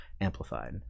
amplified